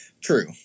True